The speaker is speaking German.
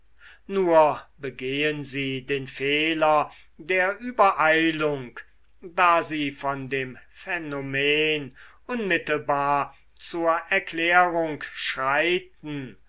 nur begehen sie den fehler der übereilung da sie von dem phänomen unmittelbar zur erklärung schreiten